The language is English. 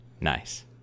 nice